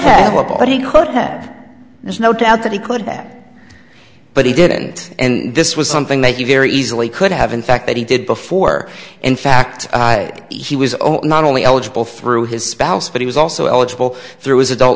ut he could have there's no doubt that he could that but he didn't and this was something that you very easily could have in fact that he did before in fact he was oh not only eligible through his spouse but he was also eligible through his adult